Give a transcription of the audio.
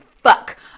fuck